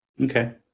Okay